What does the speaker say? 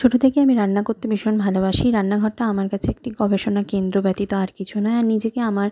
ছোটো থেকেই আমি রান্না করতে ভীষণ ভালোবাসি রান্নাঘরটা আমার কাছে একটি গবেষণা কেন্দ্র ব্যতীত আর কিছু নয় আর নিজেকে আমার